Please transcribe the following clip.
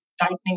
tightening